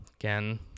again